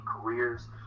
careers